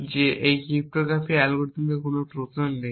যে এই ক্রিপ্টোগ্রাফিক অ্যালগরিদমে কোনও ট্রোজান নেই